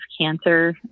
cancer